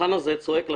המבחן הזה צועק לשמיים,